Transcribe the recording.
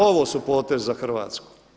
Ovo su potezi za Hrvatsku.